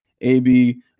AB